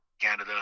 Canada